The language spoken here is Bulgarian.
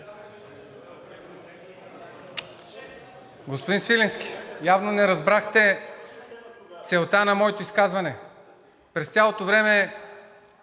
Господин Свиленски, явно не разбрахте целта на моето изказване. През цялото време,